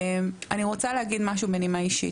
בנימה אישית,